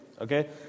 okay